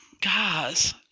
guys